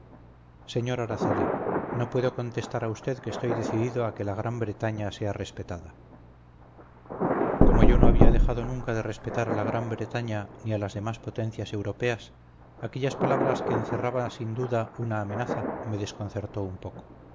señor araceli no puedo contestar a usted que estoy decidido a que la gran bretaña sea respetada como yo no había dejado nunca de respetar a la gran bretaña ni a las demás potencias europeas aquellas palabras que encerraba sin duda una amenaza me desconcertó un poco